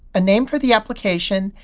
a name for the application,